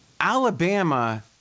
Alabama